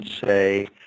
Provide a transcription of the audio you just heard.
say